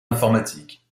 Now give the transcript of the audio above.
informatiques